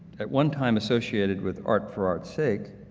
at one time associated with art for art's sake,